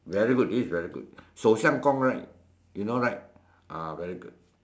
really good this is really good shou-shiang-gong right you know right ah very good